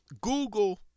Google